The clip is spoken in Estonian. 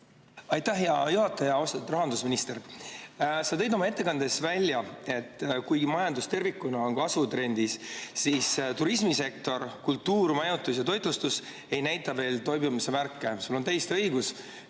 Aitäh, hea juhataja! Austatud rahandusminister! Sa tõid oma ettekandes välja, et kuigi majandus tervikuna on kasvutrendis, siis turismisektor, kultuur, majutus ja toitlustus ei näita veel toibumise märke. Sul on täiesti õigus,